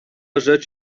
rzecz